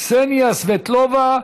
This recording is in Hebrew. קסניה סבטלובה.